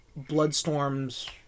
Bloodstorm's